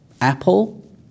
Apple